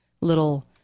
little